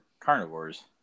carnivores